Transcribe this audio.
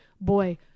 boy